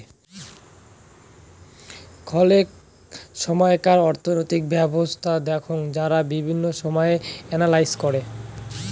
খলেক সময়কার অর্থনৈতিক ব্যবছস্থা দেখঙ যারা বিভিন্ন বিষয় এনালাইস করে